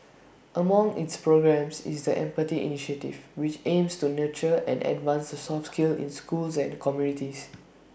among its programmes is the empathy initiative which aims to nurture and advance the soft skill in schools and communities